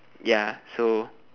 ya so